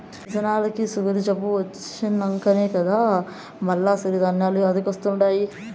జనాలకి సుగరు జబ్బు వచ్చినంకనే కదా మల్ల సిరి ధాన్యాలు యాదికొస్తండాయి